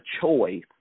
choice